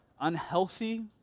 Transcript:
unhealthy